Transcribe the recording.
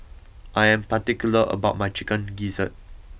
I am particular about my Chicken Gizzard